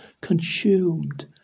consumed